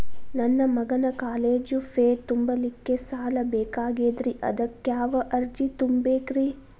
ನನ್ನ ಮಗನ college fee ತುಂಬಲಿಕ್ಕೆ ಸಾಲ ಬೇಕಾಗೆದ್ರಿ ಅದಕ್ಯಾವ ಅರ್ಜಿ ತುಂಬೇಕ್ರಿ?